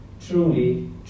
truly